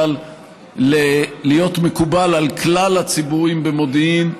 להיות מקובל על כלל הציבורים במודיעין,